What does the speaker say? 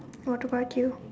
what about you